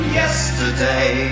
yesterday